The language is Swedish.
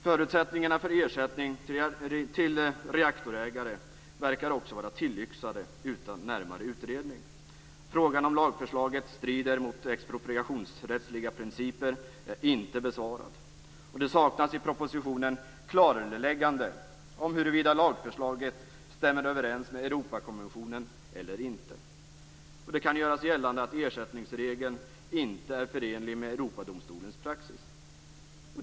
Förutsättningarna för ersättning till reaktorägare verkar också vara tillyxade utan närmare utredning. Frågan om lagförslaget strider mot expropriationsrättsliga principer är inte besvarad. Det saknas i propositionen ett klarläggande om huruvida lagförslaget stämmer överens med Europakonventionen eller inte. Det kan göras gällande att ersättningsregeln inte är förenlig med Europadomstolens praxis.